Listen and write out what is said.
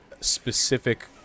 specific